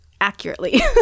accurately